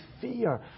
fear